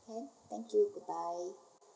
can thank you goodbye